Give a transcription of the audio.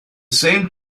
same